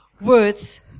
words